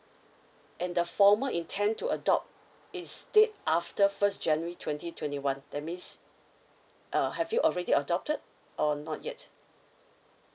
and the formal intend to adopt is date after first january twenty twenty one that means uh have you already adopted or not yet